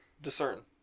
discern